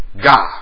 God